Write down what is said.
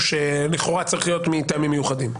שלכאורה צריך להיות מטעמים מיוחדים.